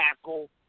tackle